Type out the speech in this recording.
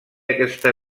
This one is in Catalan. aquesta